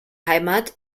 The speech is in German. heimat